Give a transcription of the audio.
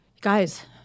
guys